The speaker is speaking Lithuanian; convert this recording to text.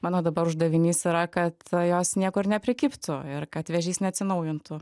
mano dabar uždavinys yra kad jos niekur neprikibtų ir kad vėžys neatsinaujintų